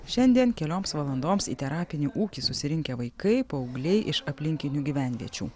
šiandien kelioms valandoms į terapinį ūkį susirinkę vaikai paaugliai iš aplinkinių gyvenviečių